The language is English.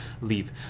leave